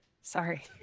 Sorry